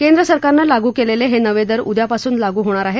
केंद्र सरकारनं लागू केलेले हे नवे दर उद्यापासून लागू होणार आहेत